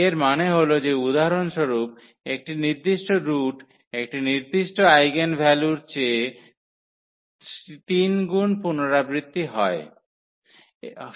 এর মানে হল যে উদাহরণস্বরূপ একটি নির্দিষ্ট রুট একটি নির্দিষ্ট আইগেনভ্যালু এর চেয়ে 3 গুন পুনরাবৃত্তি হয়